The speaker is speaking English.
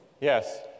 Yes